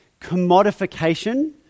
commodification